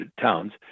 towns